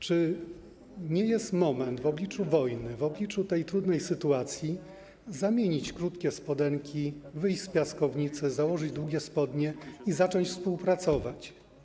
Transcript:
Czy to nie jest moment w obliczu wojny, w obliczu tej trudnej sytuacji, by zamienić krótkie spodenki, wyjść z piaskownicy, założyć długie spodnie i zacząć współpracować?